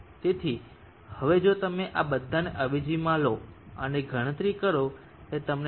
તેથી હવે જો તમે આ બધાને અવેજીમાં લો અને ગણતરી કરો કે તમને 2